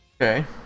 Okay